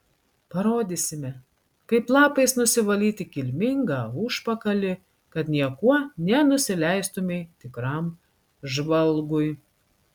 parodysime kaip lapais nusivalyti kilmingą užpakalį kad niekuo nenusileistumei tikram žvalgui